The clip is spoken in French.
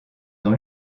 dans